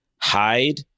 hide